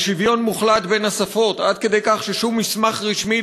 על שוויון מוחלט בין השפות עד כדי כך ששום מסמך רשמי